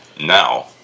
now